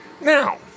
Now